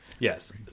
Yes